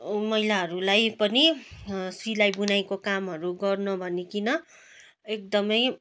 महिलाहरूलाई पनि सिलाइ बुनाइको कामहरू गर्न भनीकन एकदम